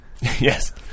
Yes